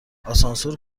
آسانسور